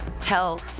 tell